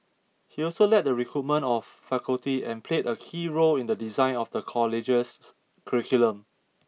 he also led the recruitment of faculty and played a key role in the design of the college's curriculum